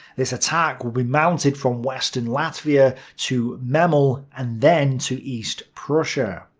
this attack would be mounted from western latvia to memel, and then to east prussia.